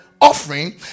offering